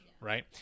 right